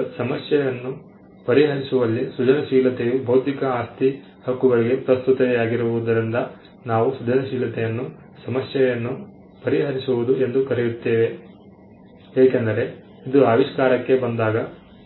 ಈಗ ಸಮಸ್ಯೆಯನ್ನು ಪರಿಹರಿಸುವಲ್ಲಿ ಸೃಜನಶೀಲತೆಯು ಬೌದ್ಧಿಕ ಆಸ್ತಿ ಹಕ್ಕುಗಳಿಗೆ ಪ್ರಸ್ತುತತೆಯಾಗಿರುವುದರಿಂದ ನಾವು ಸೃಜನಶೀಲತೆಯನ್ನು ಸಮಸ್ಯೆಯನ್ನು ಪರಿಹರಿಸುವುದು ಎಂದು ಕರೆಯುತ್ತೇವೆ ಏಕೆಂದರೆ ಇದು ಆವಿಷ್ಕಾರಕ್ಕೆ ಬಂದಾಗ